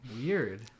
weird